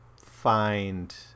find